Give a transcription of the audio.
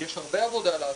יש הרבה עבודה לעשות,